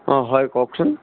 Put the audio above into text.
অ' হয় কওকচোন